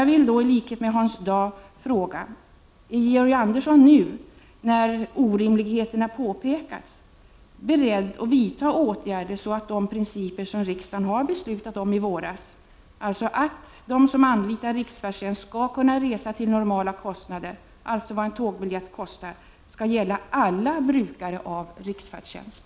Jag vill i likhet med Hans Dau fråga: Är Georg Andersson nu, när orimligheterna påpekats, beredd att vidta åtgärder så att de principer riksdagen beslutade om i våras, dvs. att de som anlitar riksfärdtjänst skall kunna resa till normala kostnader, alltså vad en tågbiljett kostar, skall gälla alla brukare av riksfärdtjänst?